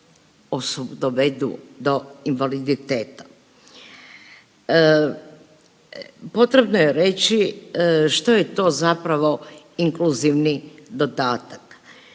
koji dovedu do invaliditeta. Potrebno je reći što je to zapravo inkluzivni dodatak.